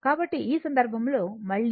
కాబట్టి ఈ సందర్భంలో మళ్ళీ i Im sin ω t